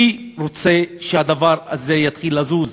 אני רוצה שהדבר הזה יתחיל לזוז,